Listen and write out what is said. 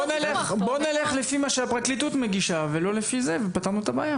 בו נלך לפי מה שהפרקליטות מגישה ולא לפי זה ופתרנו את הבעיה.